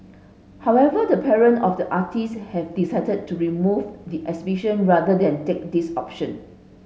however the parent of the artists have decided to remove the exhibition rather than take this option